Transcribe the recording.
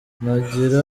nagira